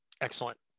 Excellent